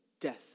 death